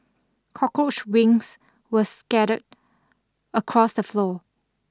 cockroach wings were scattered across the floor